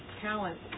talent